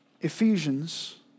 Ephesians